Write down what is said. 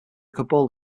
kabul